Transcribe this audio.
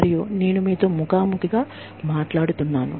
మరియు నేను మీతో ముఖాముఖిగా మాట్లాడుతున్నాను